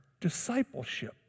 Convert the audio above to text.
discipleship